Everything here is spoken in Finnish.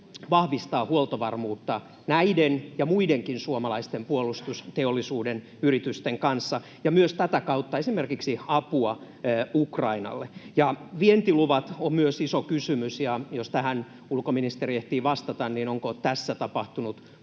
vahvistaa huoltovarmuutta näiden ja muidenkin suomalaisten puolustusteollisuuden yritysten kanssa ja myös tätä kautta esimerkiksi apua Ukrainalle? Ja vientiluvat ovat myös iso kysymys, ja jos tähän ulkoministeri ehtii vastata, niin onko tässä tapahtunut